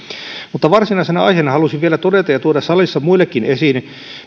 mutta varsinaisena aiheena halusin vielä todeta ja tuoda salissa muillekin esiin